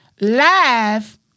Live